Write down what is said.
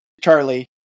Charlie